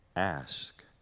Ask